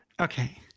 Okay